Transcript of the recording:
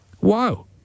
Wow